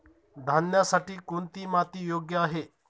धान्यासाठी कोणती माती योग्य आहे?